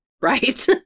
right